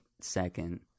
second